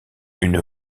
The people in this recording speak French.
une